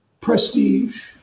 prestige